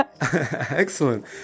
Excellent